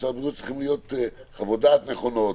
במשרד הבריאות צריכות להיות חוות דעת נכונות,